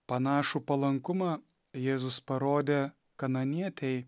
panašų palankumą jėzus parodė kananietei